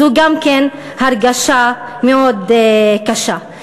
וזו גם כן הרגשה מאוד קשה.